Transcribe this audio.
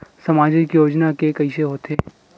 सामाजिक योजना के कइसे होथे?